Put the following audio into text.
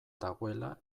dagoela